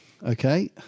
Okay